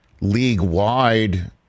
league-wide